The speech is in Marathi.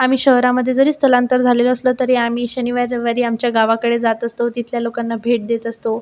आम्ही शहरामध्ये जरी स्थलांतर झालेलो असलो तरी आम्ही शनिवार रविवारी आमच्या गावाकडे जात असतो तिथल्या लोकांना भेट देत असतो